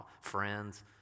friends